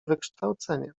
wykształcenie